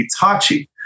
Itachi